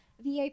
VIP